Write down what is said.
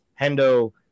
Hendo